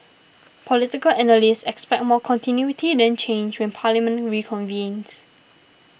political analysts expect more continuity than change when Parliament reconvenes